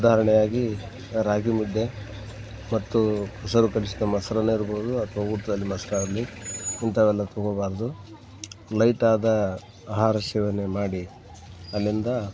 ಉದಾಹರಣೆಯಾಗಿ ರಾಗಿ ಮುದ್ದೆ ಮತ್ತು ಮೊಸರು ಕಲಿಸಿದ ಮೊಸ್ರನ್ನ ಇರ್ಬೋದು ಅಥವಾ ಊಟದಲ್ಲಿ ಮೊಸ್ರಾಗ್ಲಿ ಇಂಥವೆಲ್ಲ ತಗೋಬಾರದು ಲೈಟಾದ ಆಹಾರ ಸೇವನೆ ಮಾಡಿ ಅಲ್ಲಿಂದ